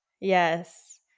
Yes